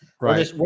right